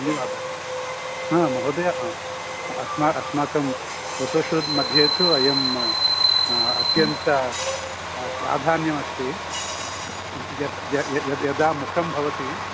धन्यवादः महोदया आम् अस्माकं अस्माकं फ़ोटो शूट् मध्ये तु अयम् अत्यन्तं प्राधान्यम् अस्ति यत् यत् यदा मुखं भवति